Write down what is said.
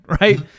right